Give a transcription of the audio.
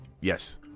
Yes